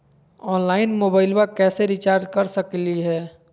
Online मोबाइलबा कैसे recharge कर सकलिए है?